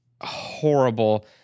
horrible